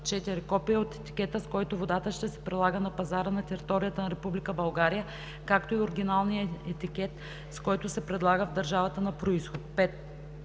4. копие от етикета, с който водата ще се предлага на пазара на територията на Република България, както и оригиналният етикет, с който се предлага в държавата на произход;